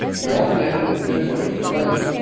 we all landed at midway late,